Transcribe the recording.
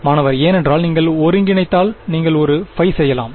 மாணவர் ஏனென்றால் நீங்கள் ஒருங்கிணைந்தால் நீங்கள் ஒரு பை செய்யலாம்